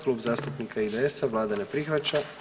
Klub zastupnika IDS-a, vlada ne prihvaća.